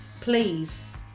please